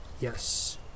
yes